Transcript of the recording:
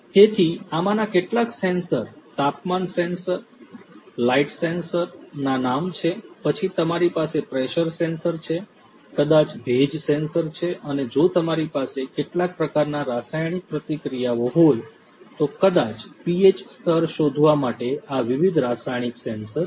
તેથી આમાંના કેટલાક સેન્સર તાપમાન સેન્સર લાઇટ સેન્સર ના નામ છે પછી તમારી પાસે પ્રેશર સેન્સર છે કદાચ ભેજ સેન્સર છે અને જો તમારી પાસે કેટલાક પ્રકારના રાસાયણિક પ્રતિક્રિયાઓ હોય તો કદાચ પીએચ સ્તર શોધવા માટે આ વિવિધ રાસાયણિક સેન્સર છે